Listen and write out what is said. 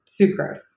sucrose